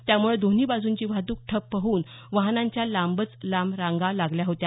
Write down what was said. त्यामुळे दोन्ही बाजूंची वाहतूक ठप्प होऊन वाहनांच्या लांबच लांब रांगा लागल्या होत्या